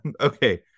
Okay